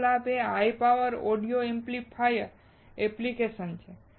બીજો ફાયદો એ high power audio amplifier application છે